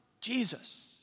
Jesus